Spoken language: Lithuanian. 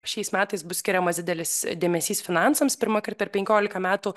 šiais metais bus skiriamas didelis dėmesys finansams pirmąkart per penkiolika metų